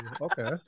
Okay